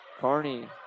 Carney